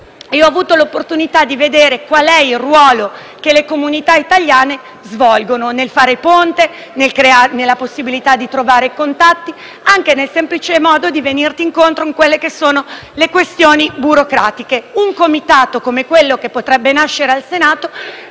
e ho avuto l'opportunità di vedere qual è il ruolo che le comunità italiane svolgono nel fare ponte, nella possibilità di trovare contatti, anche nel semplice modo di facilitare le questioni burocratiche. Un Comitato come quello che potrebbe nascere al Senato